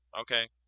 okay